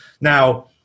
Now